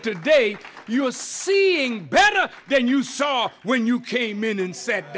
today you are seeing better then you saw when you came in and said